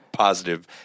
Positive